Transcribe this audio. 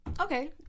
okay